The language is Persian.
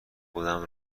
خودم